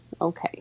Okay